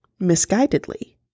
misguidedly